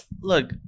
look